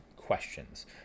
questions